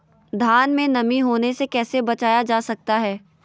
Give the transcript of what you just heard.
धान में नमी होने से कैसे बचाया जा सकता है?